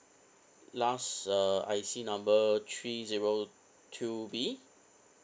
last uh I_C number three zero two B